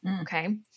Okay